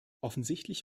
offensichtlich